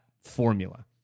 formula